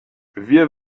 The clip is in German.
wir